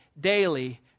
daily